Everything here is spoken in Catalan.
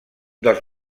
dels